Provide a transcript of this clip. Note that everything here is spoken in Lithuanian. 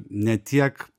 ne tiek